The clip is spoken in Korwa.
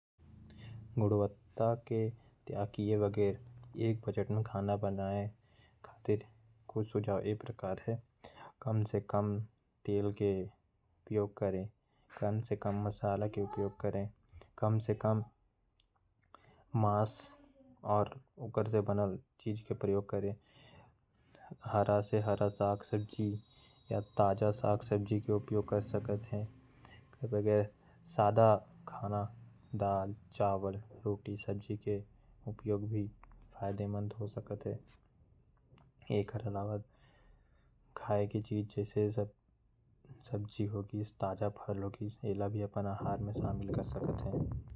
गुणवत्ता के त्याग किए बगैर खाना बनाए के तरीका ये प्रकार है। कम मसालेदार और कम मांस वाला सब्जी खाना चाहिए। हरा सब्जी ला खाना चाहिए ताजा फल और सब्जी ला। भी ज्यादा से ज्यादा उपयोग करना चाही।